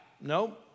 No